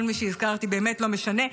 כל מה שהזכרתי באמת לא משנה.